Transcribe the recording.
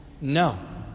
No